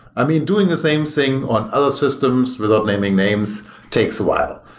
i mean, doing the same thing on other systems without naming names takes a while.